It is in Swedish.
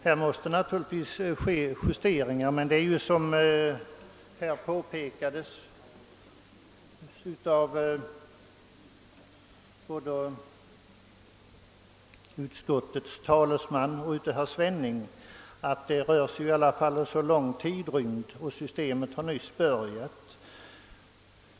Här måste naturligtvis justeringar göras. Som påpekats av både utskottets talesman och herr Svenning rör det sig dock om en lång tidrymd och systemet har nyss börjat användas.